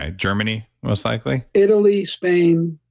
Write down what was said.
ah germany, most likely? italy, spain.